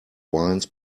wines